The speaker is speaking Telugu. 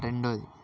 రెండోవది